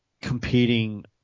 competing